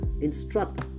instruct